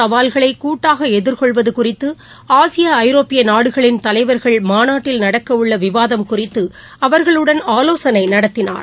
சவால்களைகூட்டாகஎதிர்கொள்வதுகுறித்துஆசியஐரோப்பியநாடுகளின் உலகின் தலைவர்கள் மாநாட்டில் நடக்கவுள்ளவிவாதம் குறித்துஅவர்களுடன் ஆலோசனைநடத்தினார்